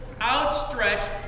outstretched